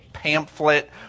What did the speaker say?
pamphlet